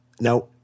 Now